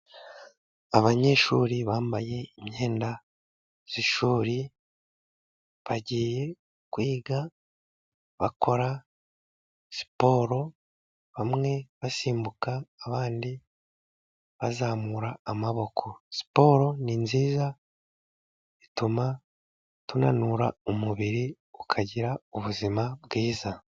Abanyeshuri bambaye imyenda y'ishuri bagiye kwiga, bakora siporo bamwe basimbuka, abandi bazamura amaboko. Siporo ni nziza, ituma tunanura umubiri, ukagira ubuzima bwiza.